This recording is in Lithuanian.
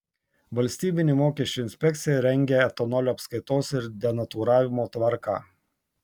valstybinė mokesčių inspekcija rengią etanolio apskaitos ir denatūravimo tvarką